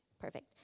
perfect